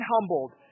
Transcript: humbled